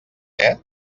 què